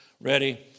ready